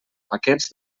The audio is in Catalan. paquets